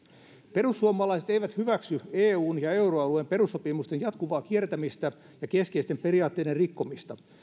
perussuomalaiset eivät hyväksy eun ja euroalueen perussopimusten jatkuvaa kiertämistä ja keskeisten periaatteiden rikkomista